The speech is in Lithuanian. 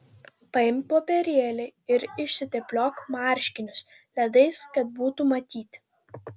paimk popierėlį ir išsitepliok marškinius ledais kad būtų matyti